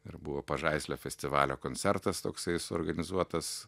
ir buvo pažaislio festivalio koncertas toksai suorganizuotas